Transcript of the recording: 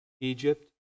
Egypt